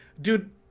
Dude